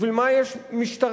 בשביל מה יש משטרה?